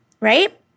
right